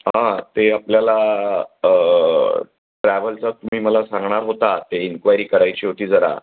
हां ते आपल्याला ट्रॅव्हलचा तुम्ही मला सांगणार होता ते इन्क्वायरी करायची होती जरा